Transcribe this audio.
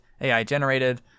AI-generated